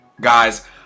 Guys